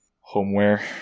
homeware